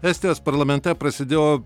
estijos parlamente prasidėjo